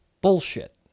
bullshit